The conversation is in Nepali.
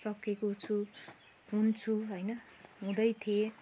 सकेको छु हुन्छु होइन हुँदै थिएँ